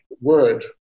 word